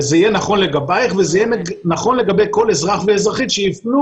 וזה יהיה נכון לגבייך וזה יהיה נכון לגבי כל אזרח ואזרחית שיפנו